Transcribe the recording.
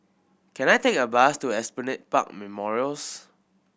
can I take a bus to Esplanade Park Memorials